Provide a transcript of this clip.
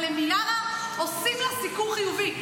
אבל למיארה עושים סיקור חיובי.